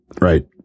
Right